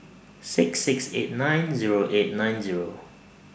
six six eight nine Zero eight nine Zero